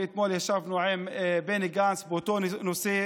ואתמול ישבנו עם בני גנץ באותו נושא.